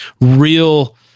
real